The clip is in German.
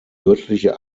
göttliche